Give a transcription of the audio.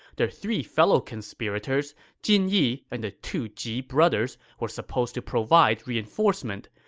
their three fellow conspirators jin yi and the two ji brothers were supposed to provide reinforcement,